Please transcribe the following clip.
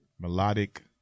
Melodic